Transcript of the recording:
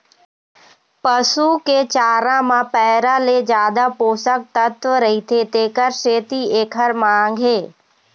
पसू के चारा म पैरा ले जादा पोषक तत्व रहिथे तेखर सेती एखर मांग हे